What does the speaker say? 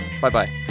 Bye-bye